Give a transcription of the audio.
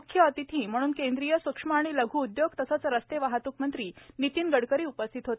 मुख्य अतिथी म्हणून केंद्रीय सूक्ष्म आणि लघ् उद्योग तसेच रस्ते वाहतूक मंत्री नितीन गडकरी उपस्थित होते